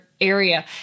area